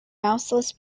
mouseless